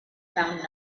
found